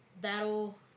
that'll